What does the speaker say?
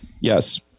Yes